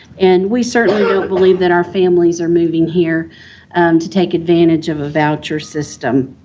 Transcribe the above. and we certainly don't believe that our families are moving here to take advantage of a voucher system.